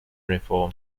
reform